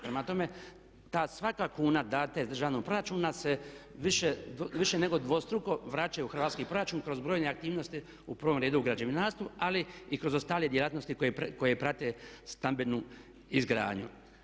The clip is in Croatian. Prema tome, ta svaka kuna dana iz državnog proračuna se više nego dvostruko vraćaju u hrvatski proračun kroz brojne aktivnosti, u prvom redu u građevinarstvu ali i kroz ostale djelatnosti koje prate stambenu izgradnju.